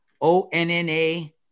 O-N-N-A